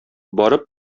барып